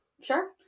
Sure